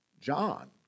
John